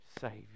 Savior